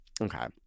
Okay